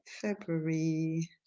February